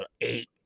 eight